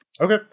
Okay